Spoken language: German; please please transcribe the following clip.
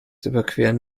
überqueren